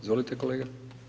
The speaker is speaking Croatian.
Izvolite kolega.